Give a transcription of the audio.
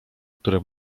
które